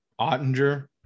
Ottinger